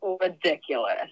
ridiculous